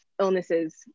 illnesses